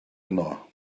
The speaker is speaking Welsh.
yno